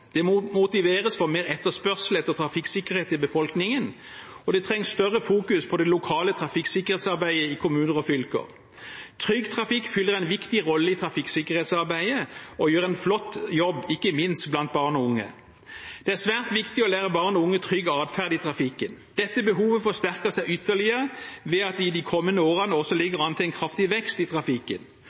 Det må motiveres for mer etterspørsel etter trafikksikkerhet i befolkningen, og det trengs sterkere fokus på det lokale trafikksikkerhetsarbeidet i kommuner og fylker. Trygg Trafikk fyller en viktig rolle i trafikksikkerhetsarbeidet og gjør en flott jobb, ikke minst blant barn og unge. Det er svært viktig å lære barn og unge trygg adferd i trafikken. Dette behovet forsterker seg ytterligere ved at det i de kommende årene også ligger an til en kraftig vekst i trafikken. Opplæring i trafikkforståelse og det å kunne ferdes i trafikken